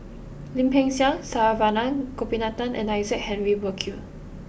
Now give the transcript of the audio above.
Lim Peng Siang Saravanan Gopinathan and Isaac Henry Burkill